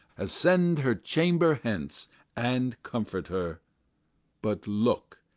ascend her chamber, hence and comfort her but, look,